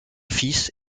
fils